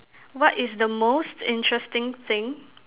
what is the most interesting thing